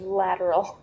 lateral